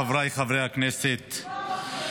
חבר הכנסת חמד עמאר,